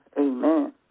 Amen